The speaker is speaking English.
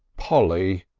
polly,